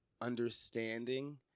understanding